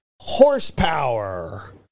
horsepower